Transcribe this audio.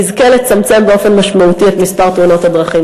נזכה לצמצם באופן משמעותי את מספר תאונות הדרכים.